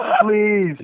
Please